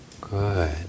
Good